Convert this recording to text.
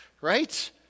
right